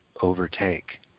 overtake